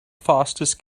fastest